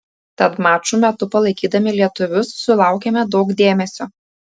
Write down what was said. tad mačų metu palaikydami lietuvius sulaukėme daug dėmesio